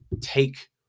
take